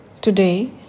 Today